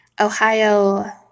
Ohio